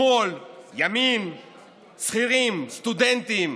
שמאל, ימין, שכירים, סטודנטים,